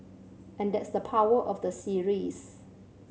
and that's the power of the series